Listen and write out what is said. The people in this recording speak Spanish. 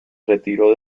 retiró